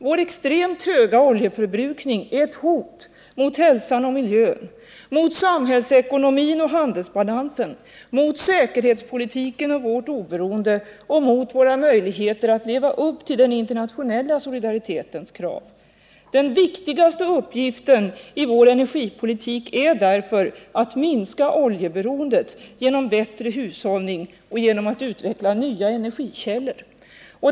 Vår extremt höga oljeförbrukning är ett hot mot hälsan och miljön, mot samhällsekonomin och handelsbalansen, mot säkerhetspolitiken och vårt oberoende och mot våra möjligheter att leva upp till den internationella solidaritetens krav. Den viktigaste uppgiften i vår energipolitik är därför att minska oljeberoendet genom bättre hushållning och genom att utveckla nya energikällor.